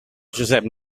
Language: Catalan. josep